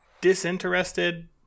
disinterested